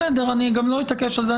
בסדר, אני גם לא אתעקש על זה.